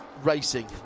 racing